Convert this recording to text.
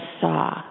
saw